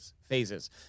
phases